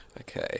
Okay